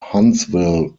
huntsville